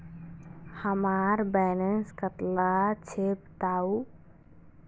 हमार बैलेंस कतला छेबताउ?